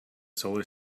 solar